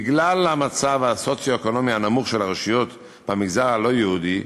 בגלל המצב הסוציו-אקונומי הנמוך של הרשויות במגזר הלא-יהודי,